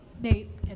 Nate